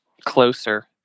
closer